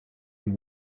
been